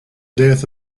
death